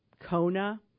Kona